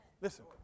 Listen